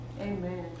Amen